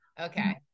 Okay